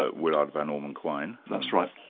willard van orman quine. that's right.